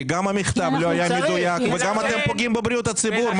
כי גם המכתב לא היה מדויק וגם אתם פוגעים בבריאות הציבור,